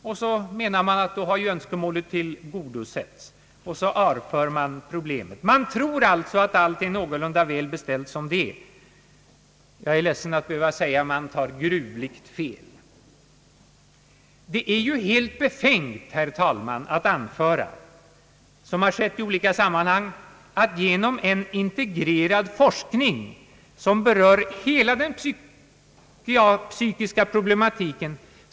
Därför anser utskottet önskemålet tillgodosett och avför därmed problemet. Utskottet tror alltså att allt är någorlunda väl beställt som det är. Jag är ledsen att behöva säga att man tar gruvligt fel. Det är befängt att anföra, som skett i olika sammanhang, att resurserna splittras genom en integrerad forskning som berör hela den psykiska problematiken!